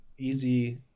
easy